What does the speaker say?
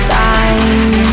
time